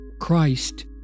Christ